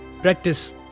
Practice